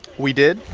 we did.